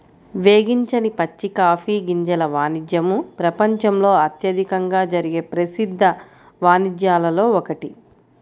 వేగించని పచ్చి కాఫీ గింజల వాణిజ్యము ప్రపంచంలో అత్యధికంగా జరిగే ప్రసిద్ధ వాణిజ్యాలలో ఒకటి